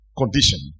condition